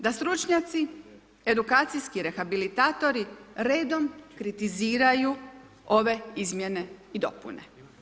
Da stručnjaci, edukacijski rehabilitatori redom kritiziraju ove izmjene i dopune.